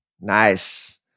Nice